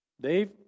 Dave